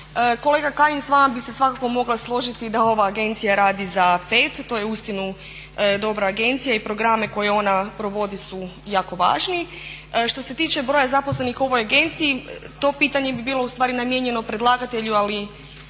Kolega Kajin, s vama bi se svakako mogla složiti da ova agencija radi za pet, to je uistinu dobra agencija i programe koja ona provodi su jako važni. Što se tiče broja zaposlenih u ovoj agenciji to pitanje bi bilo ustvari namijenjeno predlagatelju ali